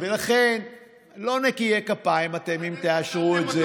ולכן לא נקיי כפיים אתם אם תאשרו את זה.